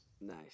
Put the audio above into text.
nice